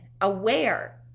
aware